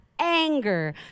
anger